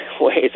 ways